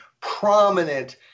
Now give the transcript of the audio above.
prominent